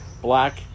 black